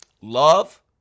Love